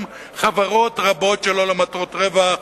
יש גם חברות רבות שלא למטרות רווח,